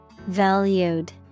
Valued